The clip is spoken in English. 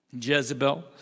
Jezebel